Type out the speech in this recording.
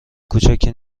کوچکی